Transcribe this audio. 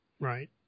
Right